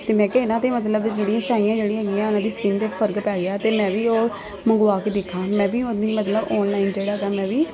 ਅਤੇ ਮੈਂ ਕਿਹਾ ਇਹਨਾਂ ਦੇ ਮਤਲਬ ਜਿਹੜੀਆਂ ਛਾਈਆਂ ਜਿਹੜੀਆਂ ਹੈਗੀਆਂ ਉਹਨਾਂ ਦੀ ਸਕਿੰਨ ਦੇ ਫ਼ਰਕ ਪੈ ਗਿਆ ਅਤੇ ਮੈਂ ਵੀ ਉਹ ਮੰਗਵਾ ਕੇ ਦੇਖਾਂ ਮੈਂ ਵੀ ਉਹਦੀ ਮਤਲਬ ਆਨਲਾਈਨ ਜਿਹੜਾ ਗਾ ਮੈਂ ਵੀ